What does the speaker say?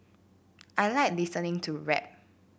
I like listening to rap